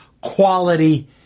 quality